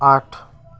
आठ